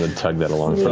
and tug that along so